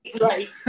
right